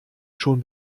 schon